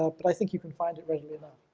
ah but i think you can find it readily enough.